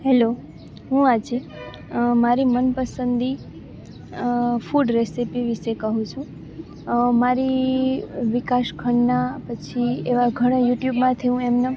hello હું આજે મારી મનપસંદ ફૂડ રેસિપી વિષે કહું છું મારી વિકાસ ખન્ના પછી એવાં ઘણાં યુટ્યુબમાંથી હું એમનાં